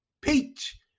peach